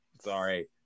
Sorry